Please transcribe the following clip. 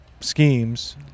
schemes